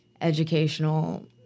educational